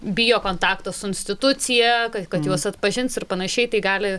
bijo kontakto su institucija kad juos atpažins ir panašiai tai gali